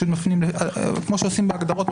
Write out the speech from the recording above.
כמו שעושים בהגדרות,